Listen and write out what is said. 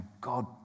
God